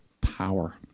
power